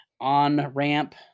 on-ramp